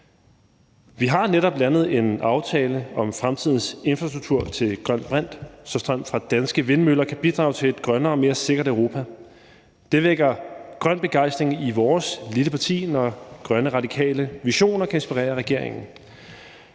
Vi har netop landet en aftale om fremtidens infrastruktur til grøn brint, så strøm fra danske vindmøller kan bidrage til et grønnere og mere sikkert Europa. Det vækker grøn begejstring i vores lille parti, når grønne radikale visioner kan inspirere regeringen,